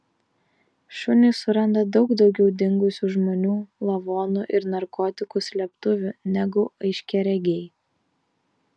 šunys suranda daug daugiau dingusių žmonių lavonų ir narkotikų slėptuvių negu aiškiaregiai